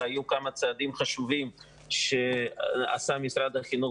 והיו כמה צעדים חשובים שעשה משרד החינוך